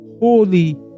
Holy